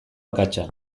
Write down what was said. akatsa